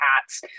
hats